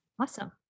Awesome